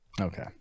okay